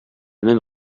même